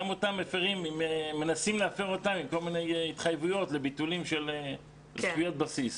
גם אותם מנסים להפר עם כל מיני התחייבויות לביטולים של זכויות בסיס.